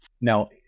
Now